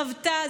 חוותה.